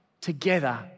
together